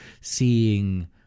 seeing